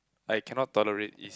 I cannot tolerate is